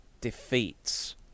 defeats